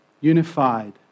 unified